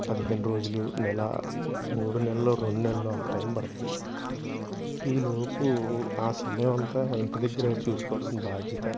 పదిహేను రోజులు నెల మూడు నెలలో రెండు నెలలో అంత టైం పడుతుంది ఈ లోపు ఆ సమయం అంతా ఇంటి దగ్గర చూసుకోవాల్సిన బాధ్యత